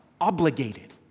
obligated